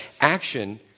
action